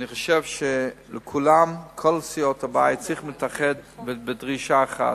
אני חושב שכל סיעות הבית צריכות להתאחד בדרישה אחת: